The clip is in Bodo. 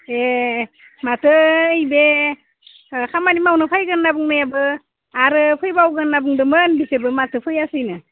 ए माथो ओइ बे ओ खामानि मावनो फायगोन होनना बुंनायाबो आरो फैबावगोन होनना बुंदोंमोन बिसोरबो माथो फैयासैनो